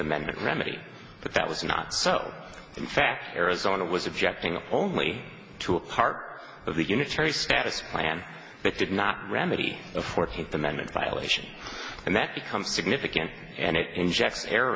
amendment remedy but that was not so in fact arizona was objecting only to a part of the unitary status plan that did not remedy the fourteenth amendment violation and that becomes significant and it injects error